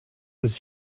his